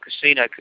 Casino